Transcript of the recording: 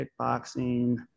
kickboxing